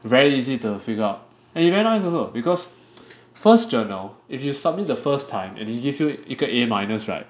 very easy to figure out and he very nice also because first journal if you submit the first time and he give you 一个 A minus right